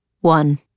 One